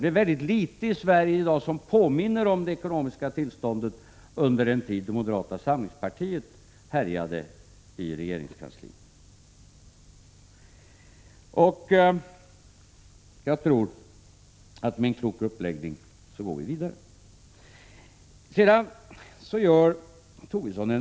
Det är väldigt litet i Sverige i dag som påminner om det ekonomiska tillståndet under den tid då moderata samlingspartiet härjade i regeringskansliet. Jag tror att med en klok uppläggning går vi vidare.